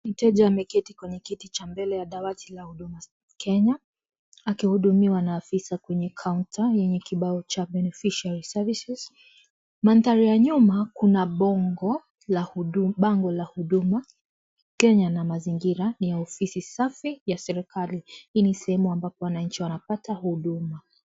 Mteja ameketi kwenye kiti cha mbele ya dawati la huduma Kenya, akihudumiwa na afisa kwenye kaunta yenye kibao cha BENEFICIARY SERVICES . Mandhari ya nyuma kuna bongo- bango la huduma Kenya na mazingira ni ya ofisi safi ya serikali. Hii ni sehemu ambapo wananchi wanapata huduma.